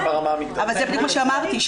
זה בדיוק מה שאמרתי,